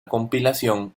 compilación